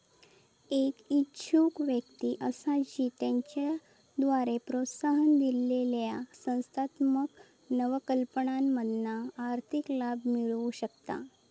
एक इच्छुक व्यक्ती असा जी त्याच्याद्वारे प्रोत्साहन दिलेल्या संस्थात्मक नवकल्पनांमधना आर्थिक लाभ मिळवु शकता